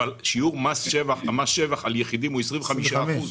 אבל שיעור מס שבח על יחידים הוא 25 אחוזים.